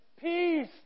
peace